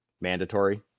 mandatory